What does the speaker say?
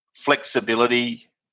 flexibility